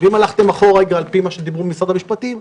ואם הלכתם אחורה על פי מה שדיברו במשרד המשפטים,